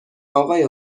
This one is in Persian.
آقای